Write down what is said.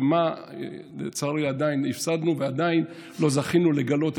ומה לצערי עדיין הפסדנו ועדיין לא זכינו לגלות,